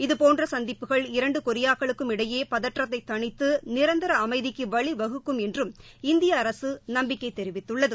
இதுபோன்ற சந்திப்புகள் இரண்டு கொரியாக்களுக்கு இடையே பதற்றத்தை தணித்து நிரந்தர அமைதிக்கு வழிவகுக்கும் என்றும் இந்திய அரசு நம்பிக்கை தெரிவித்துள்ளது